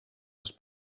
les